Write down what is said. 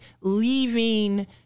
leaving